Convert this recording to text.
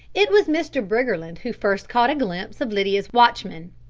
it was mr. briggerland who first caught a glimpse of lydia's watchman.